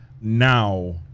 Now